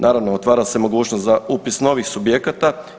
Naravno otvara se mogućnost za upis novih subjekata.